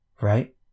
Right